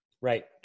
Right